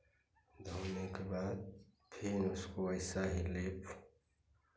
धोने के बाद फिर उसको ऐसा ही लेप